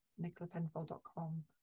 NicolaPenfold.com